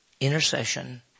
intercession